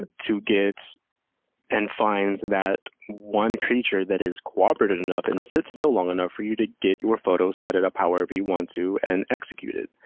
to to get and find that one creature that is cooperative enough and sits still long enough for you to get your photo, set it up however you want to, and execute it.